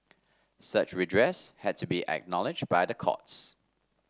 such redress had to be acknowledged by the courts